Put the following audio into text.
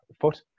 foot